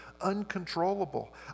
uncontrollable